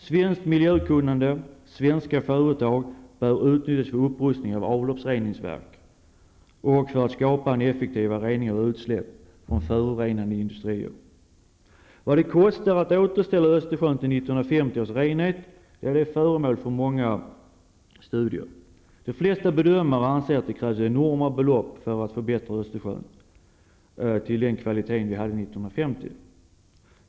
Svenskt miljökunnande och svenska företag bör utnyttjas för upprustning av avloppsreningsverk och för att skapa en effektivare rening av utsläpp från förorenande industrier. Vad det kostar att återställa Östersjön till 1950 års renhet är föremål för många studier. De flesta bedömare anser att det krävs enorma belopp för att förbättra Östersjöns vattenkvalitet till 1950 års nivå.